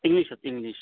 English حظ English